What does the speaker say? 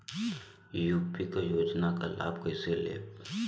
UP क योजना क लाभ कइसे लेब?